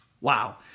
wow